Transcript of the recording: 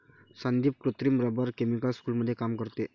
संदीप कृत्रिम rubber chemical स्कूलमध्ये काम करते